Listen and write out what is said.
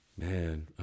Man